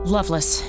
Loveless